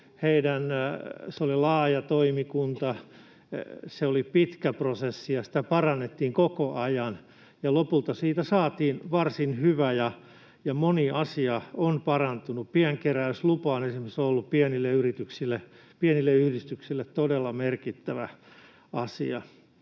se oli laaja toimikunta, se oli pitkä prosessi ja sitä parannettiin koko ajan, ja lopulta siitä saatiin varsin hyvä, ja moni asia on parantunut. Pienkeräyslupa on esimerkiksi ollut pienille yhdistyksille todella merkittävä asia.